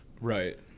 Right